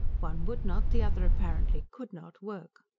one would not, the other apparently could not work.